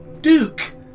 Duke